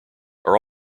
are